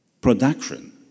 production